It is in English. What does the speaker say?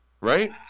Right